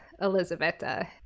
Elisabetta